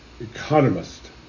economist